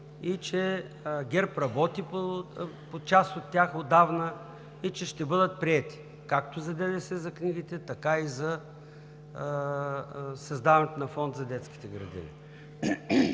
ГЕРБ работи по част от тях отдавна и че ще бъдат приети както за ДДС за книгите, така и за създаването на Фонд за детските градини.